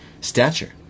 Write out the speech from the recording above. stature